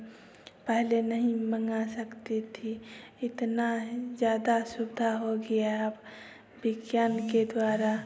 पहले नहीं मँगा सकती थी इतना ही ज़्यादा सुविधा हो गया है अब विज्ञान के द्वारा